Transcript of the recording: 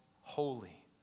Holy